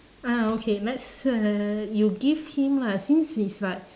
ah okay let's uh you give him lah since he's like